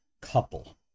couple